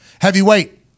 Heavyweight